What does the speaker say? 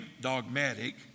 dogmatic